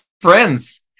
friends